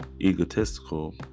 egotistical